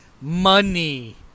Money